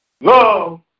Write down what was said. Love